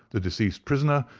the deceased prisoner,